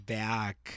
back